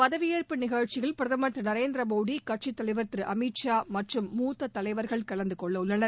பதவியேற்பு நிகழ்ச்சியில் பிரதமர் திரு நரேந்திர மோடி கட்சித் தலைவர் திரு அமித் ஷா மற்றும் மூத்த தலைவர்கள் கலந்துகொள்ள உள்ளனர்